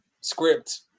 script